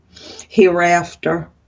hereafter